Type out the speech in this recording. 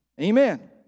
Amen